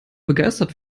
begeistert